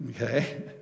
okay